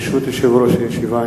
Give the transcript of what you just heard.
ברשות יושב-ראש הישיבה,